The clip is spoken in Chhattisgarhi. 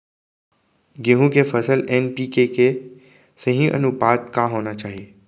गेहूँ के फसल बर एन.पी.के के सही अनुपात का होना चाही?